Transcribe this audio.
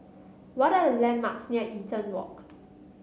what are the landmarks near Eaton Walk